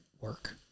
work